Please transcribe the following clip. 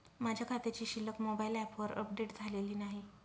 माझ्या खात्याची शिल्लक मोबाइल ॲपवर अपडेट झालेली नाही